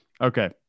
okay